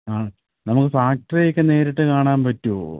ആ നമുക്ക് ഫാക്ടറി ഒക്കെ നേരിട്ട് കാണാന് പറ്റുമോ